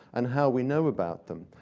and how we know about them.